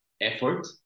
effort